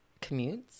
Commutes